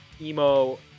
emo